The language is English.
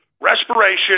respiration